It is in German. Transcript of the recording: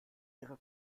ihrer